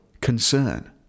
concern